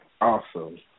Awesome